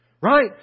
right